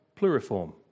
pluriform